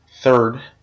third